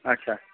اَچھا